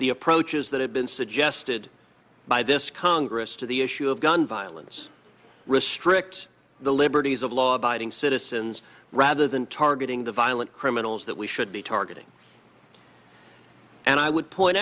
the approaches that have been suggested by this congress to the issue of gun violence restrict the liberties of law abiding citizens rather than targeting the violent criminals that we should be targeting and i would point